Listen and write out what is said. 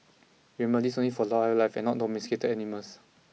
remember this is only for wildlife and not domesticated animals